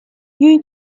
due